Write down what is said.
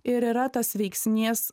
ir yra tas veiksnys